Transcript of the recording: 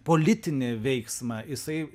politinį veiksmą jisai